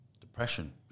depression